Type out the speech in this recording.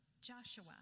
Joshua